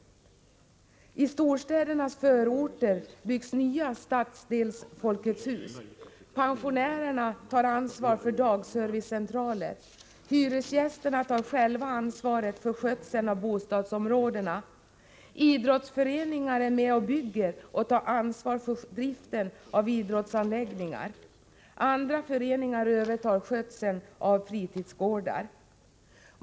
I storstädernas förorter byggs nya stadsdels-Folketshus. Pensionärerna tar ansvar för dagservicecentraler. Hyresgästerna tar själva ansvaret för skötseln av bostadsområdena. Idrottsföreningar är med och bygger och tar ansvar för driften av idrottsanläggningar. Andra föreningar övertar skötseln av fritidsgårdar.